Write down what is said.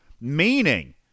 Meaning